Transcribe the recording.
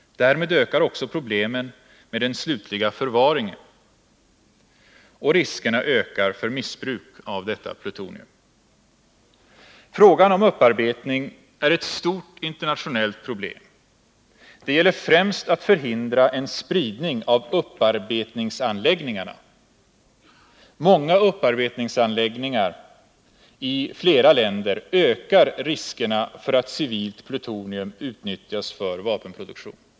Därmed ökar också problemen med den slutliga förvaringen, och riskerna ökar för missbruk av detta plutonium. Frågan om upparbetning är ett stort internationellt problem. Det gäller främst att förhindra en spridning av upparbetningsanläggningarna. Många upparbetningsanläggningar i flera länder ökar riskerna för att civilt plutonium utnyttjas för vapenproduktion.